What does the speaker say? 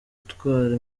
gutwara